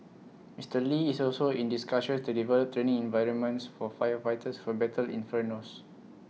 Mister lee is also in discussions to develop training environments for firefighters who battle infernos